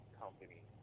company